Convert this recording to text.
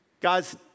Guys